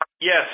Yes